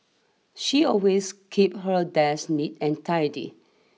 she always keep her desk neat and tidy